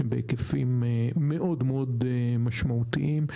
שהם בהיקפים מאוד מאוד משמעותיים.